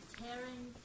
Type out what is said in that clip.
tearing